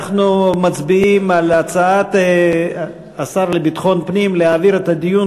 אנחנו מצביעים על הצעת השר לביטחון פנים להעביר את הדיון